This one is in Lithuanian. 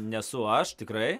nesu aš tikrai